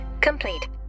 complete